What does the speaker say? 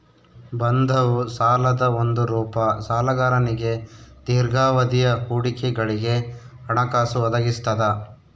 ಬಂಧವು ಸಾಲದ ಒಂದು ರೂಪ ಸಾಲಗಾರನಿಗೆ ದೀರ್ಘಾವಧಿಯ ಹೂಡಿಕೆಗಳಿಗೆ ಹಣಕಾಸು ಒದಗಿಸ್ತದ